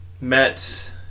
met